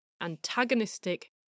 antagonistic